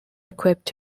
equipped